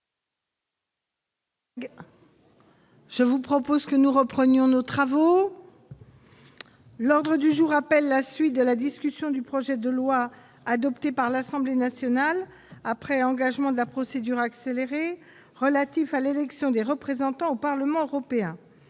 La séance est reprise. L'ordre du jour appelle la suite de la discussion du projet de loi, adopté par l'Assemblée nationale après engagement de la procédure accélérée, relatif à l'élection des représentants au Parlement européen